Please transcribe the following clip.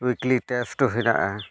ᱦᱚᱸ ᱦᱮᱱᱟᱜᱼᱟ